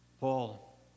Paul